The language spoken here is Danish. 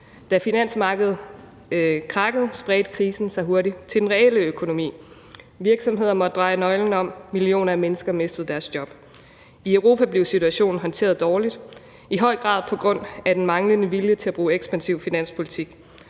Da finansmarkedet krakkede, spredte krisen sig hurtigt til den reelle økonomi. Virksomheder måtte dreje nøglen om. Millioner af mennesker mistede deres job. I Europa blev situationen håndteret dårligt, i høj grad på grund af den manglende vilje til at bruge ekspansiv finanspolitik.